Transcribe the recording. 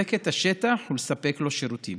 לתחזק את השטח ולספק לו שירותים.